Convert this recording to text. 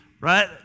right